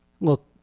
look